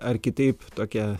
ar kitaip tokia